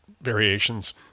variations